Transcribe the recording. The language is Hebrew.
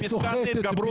חס וחלילה.